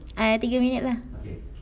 ah tiga minute lah